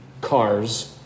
Cars